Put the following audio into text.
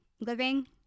living